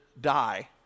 die